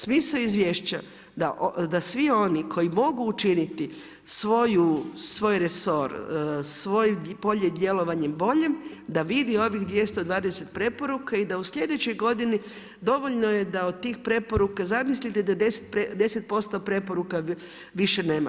Smisao izvješća je da svi oni koji mogu učiniti svoj resor, svoje polje djelovanja boljim da vidi ovih 220 preporuka i da u slijedećoj godini dovoljno je da od tih preporuka, zamislite da 10% preporuka više nema.